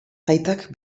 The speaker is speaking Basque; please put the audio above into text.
aitak